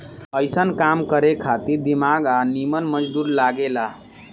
अइसन काम करे खातिर दिमागी आ निमन मजदूर लागे ला